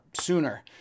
sooner